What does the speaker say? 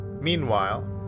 Meanwhile